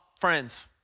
friends